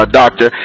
doctor